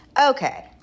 Okay